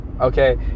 okay